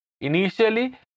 Initially